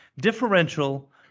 differential